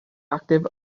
active